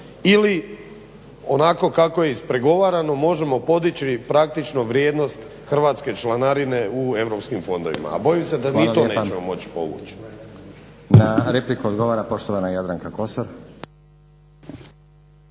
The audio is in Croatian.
ili onako kako je ispregovarano možemo podići praktično vrijednost hrvatske članarine u EU fondovima, a bojim se da ni to nećemo moći povući.